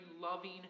loving